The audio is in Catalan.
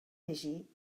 llegir